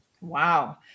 Wow